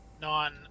non